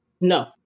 No